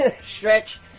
stretch